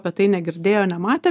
apie tai negirdėjo nematė